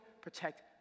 protect